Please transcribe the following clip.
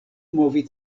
movi